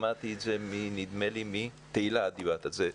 שמעתי את זה מתהלה שדיברה על זה,